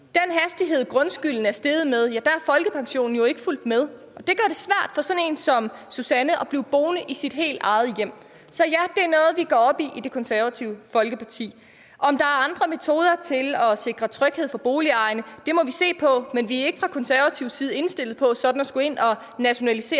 den hastighed, grundskylden er steget, er folkepensionen jo ikke fulgt med, og det gør det svært for sådan en som Susanne at blive boende i sit eget hjem. Så ja, det er noget, vi går op i i Det Konservative Folkeparti. Om der er andre metoder til at sikre tryghed for boligejerne, må vi se på, men vi er ikke fra konservativ side indstillet på sådan at skulle ind og nationalisere